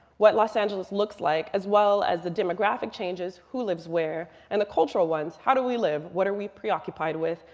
what los angeles looks like, as well as the demographic changes, who lives where, and the cultural ones how do we live? what are we preoccupied with?